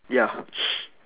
ya